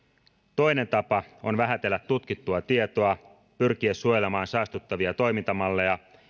toinen tapa on vähätellä tutkittua tietoa pyrkiä suojelemaan saastuttavia toimintamalleja